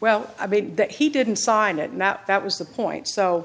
well i mean that he didn't sign it now that was the point so